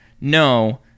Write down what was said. no